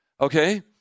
Okay